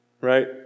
Right